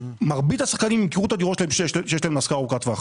מרבית השחקנים ימכרו את הדירות שיש להם להשכרה ארוכת טווח.